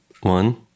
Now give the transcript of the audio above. one